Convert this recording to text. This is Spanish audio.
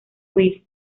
huir